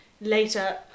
later